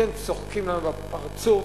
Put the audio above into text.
אתם צוחקים לנו בפרצוף?